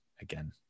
again